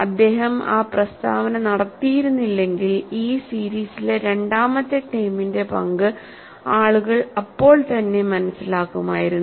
അദ്ദേഹം ആ പ്രസ്താവന നടത്തിയിരുന്നില്ലെങ്കിൽഈ സീരീസിലെ രണ്ടാമത്തെ ടേമിന്റെ പങ്ക് ആളുകൾ അപ്പോൾ തന്നെ മനസ്സിലാക്കുമായിരുന്നു